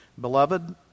Beloved